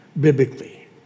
biblically